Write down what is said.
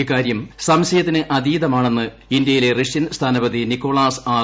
ഇക്കാര്യം സംശയത്തിനതീതമാണെന്ന് ഇന്ത്യയിലെ റഷ്യൻ സ്ഥാനപതി നിക്കോളാസ് ആർ